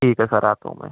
ٹھیک ہے سر آتا ہوں میں